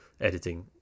editing